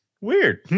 weird